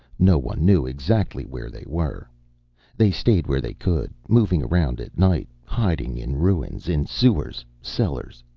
no one knew exactly where they were they stayed where they could, moving around at night, hiding in ruins, in sewers, cellars,